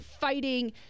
fighting